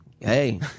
Hey